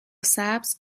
سبز